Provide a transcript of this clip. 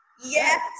Yes